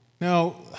Now